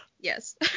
Yes